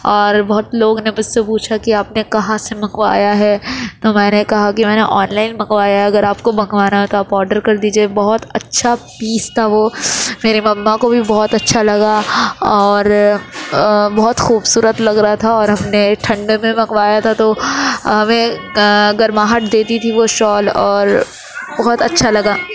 اور بہت لوگ نے مجھ سے پوچھا کہ آپ نے کہاں سے منگوایا ہے تو میں نے کہا کہ میں نے آن لائن منگوایا ہے اگر آپ کو منگوانا ہو تو آپ آرڈر کر دیجیے بہت اچھا پیس تھا وہ میری مما کو بھی بہت اچھا لگا اور بہت خوبصورت لگ رہا تھا اور ہم نے ٹھنڈ میں منگوایا تھا تو ہمیں گرماہٹ دیتی تھی وہ شال اور بہت اچھا لگا